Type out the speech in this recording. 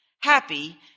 Happy